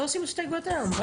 אנחנו לא עושים הסתייגויות היום.